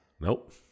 Nope